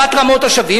בת רמות-השבים,